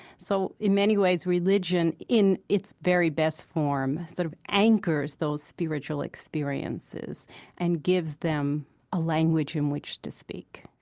so in many ways, religion in its very best form sort of anchors those spiritual experiences and gives them a language in which to speak